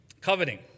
Coveting